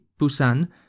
Busan